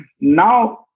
now